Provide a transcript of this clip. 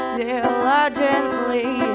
diligently